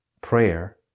prayer